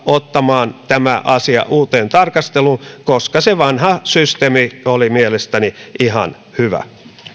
ottamaan tämän asian uuteen tarkasteluun koska se vanha systeemi oli mielestäni ihan hyvä